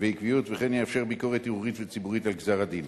ועקביות וכן יאפשר ביקורת ערעורית וציבורית על גזר-הדין.